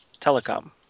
telecom